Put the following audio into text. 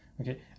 okay